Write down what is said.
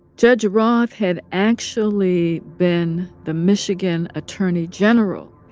judge roth had actually been the michigan attorney general.